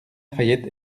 fayette